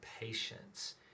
patience